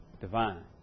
divine